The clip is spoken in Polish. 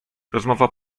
rozmowa